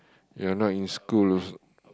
you're not in school also